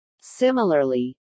Similarly